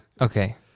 okay